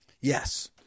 Yes